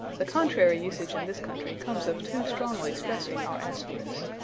the contrary usage in this country comes of too strongly stressing our aspirates.